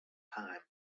time